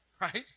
right